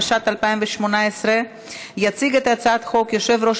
התשע"ט 2018. יציג את הצעת החוק יושב-ראש